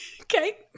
okay